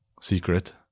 secret